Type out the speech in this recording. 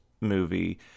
movie